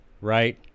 right